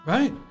Right